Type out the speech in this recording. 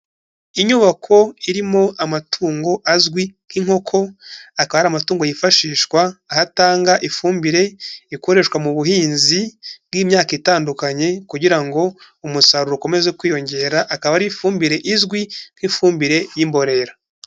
Inyubako irimo amatungo azwi nk'inkoko, akaba ari amatungo yifashishwa aho atanga ifumbire ikoreshwa mu buhinzi bw'imyaka itandukanye kugira ngo umusaruro ukomeze kwiyongera, akaba ari ifumbire izwi nk'ifumbire y'imborera.